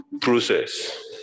process